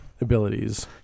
abilities